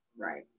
Right